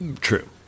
True